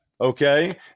okay